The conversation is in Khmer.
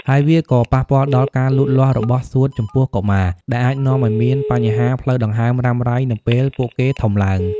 ហើយវាក៏ប៉ះពាល់ដល់ ការលូតលាស់របស់សួតចំពោះកុមារ ដែលអាចនាំឱ្យមានបញ្ហាផ្លូវដង្ហើមរ៉ាំរ៉ៃនៅពេលពួកគេធំឡើង។